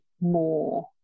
more